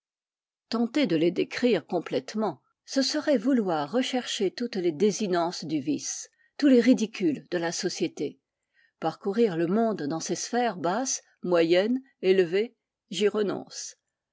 tenter de les décrire complètement ce serait vouloir rechercher toutes les désinences du vice tous les ridicules de la société parcourir le monde dans ses sphères basses moyennes élevées j'y renonce